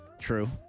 True